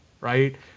right